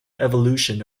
evolution